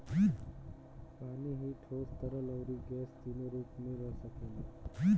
पानी ही ठोस, तरल, अउरी गैस तीनो रूप में रह सकेला